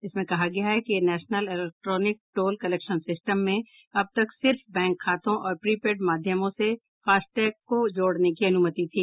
इसमें कहा गया है कि national electronic toll collection system में अब तक सिर्फ बैंक खातों और प्रीपेड माध्यमों से फास्टैग को जोड़ने की अनुमति थी